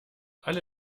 alle